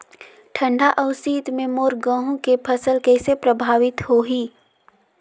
ठंडा अउ शीत मे मोर गहूं के फसल कइसे प्रभावित होही?